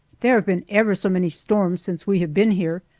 there have been ever so many storms, since we have been here,